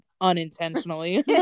unintentionally